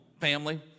family